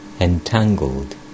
entangled